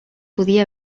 podia